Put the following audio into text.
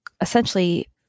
essentially